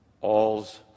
all's